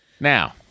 Now